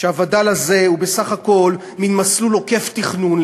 והווד"ל הזה הוא בסך הכול מין מסלול עוקף-תכנון,